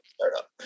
startup